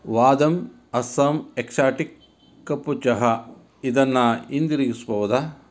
ವಾದಂ Assam exotic ಕಪ್ಪು ಚಹಾ ಇದನ್ನು ಹಿಂದಿರುಗಿಸಬೋದೇ